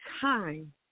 time